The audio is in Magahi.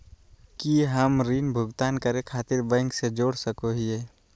की हम ऋण भुगतान करे खातिर बैंक से जोड़ सको हियै?